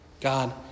God